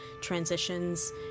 Transitions